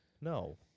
No